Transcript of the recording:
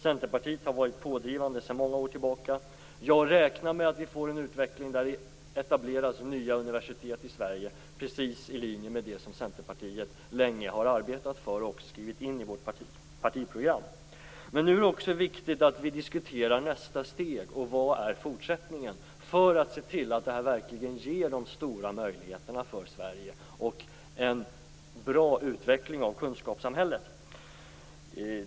Centerpartiet har här varit pådrivande sedan många år tillbaka. Jag räknar med att vi får en utveckling där det etableras nya universitet i Sverige, precis i linje med det som Centerpartiet länge har arbetat för och även skrivit in i vårt partiprogram. Men nu är det också viktigt att vi diskuterar nästa steg och hur fortsättningen ser ut, så att det här verkligen ger de stora möjligheterna för Sverige och en bra utveckling av kunskapssamhället.